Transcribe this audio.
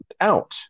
out